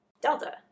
Delta